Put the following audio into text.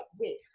wait